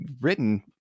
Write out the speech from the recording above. written